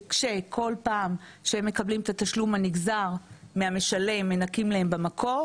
כשכל פעם שהם מקבלים את התשלום הנגזר מהמשלם מנכים להם במקור,